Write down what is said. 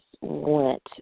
went